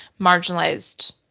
marginalized